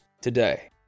today